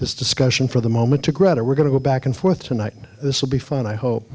this discussion for the moment to grettir we're going to go back and forth tonight this will be fun i hope